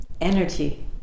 energy